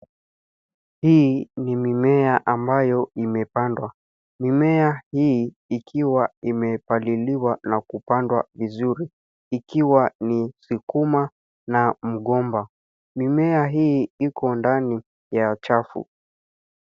Hii ni mimea ambayo imepandwa. Mimea hii ikiwa imepaliliwa na kupandwa vizuri, ikiwa ni sukuma na mgomba. Mimea hii iko ndani ya chafu.